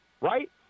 Right